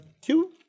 two